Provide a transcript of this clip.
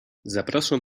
zapraszam